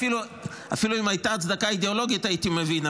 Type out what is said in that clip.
אפילו אם הייתה הצדקה אידיאולוגית הייתי מבין,